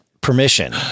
permission